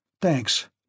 Thanks